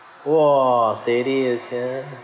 !wah! steady ah sia